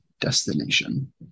destination